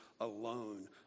alone